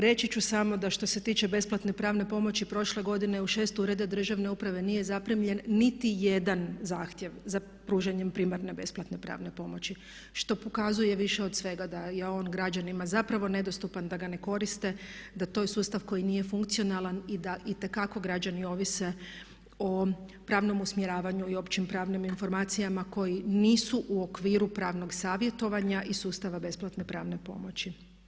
Reći ću samo da što se tiče besplatne pravne pomoći prošle godine u 6 ureda državne uprave nije zaprimljen niti jedan zahtjev za pružanjem primarne besplatne pravne pomoći što pokazuje više od svega da je on građanima zapravo nedostupan, da ga ne koriste, da je to sustav koji nije funkcionalan i da itekako građani ovise o pravnom usmjeravanju i općim pravnim informacijama koji nisu u okviru pravnog savjetovanja i sustava besplatne pravne pomoći.